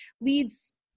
leads